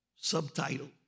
Subtitle